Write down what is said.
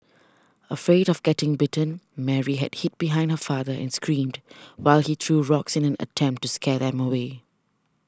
afraid of getting bitten Mary had hid behind her father and screamed while he threw rocks in an attempt to scare them away